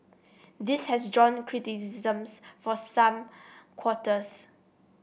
this has drawn criticisms from some quarters